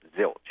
zilch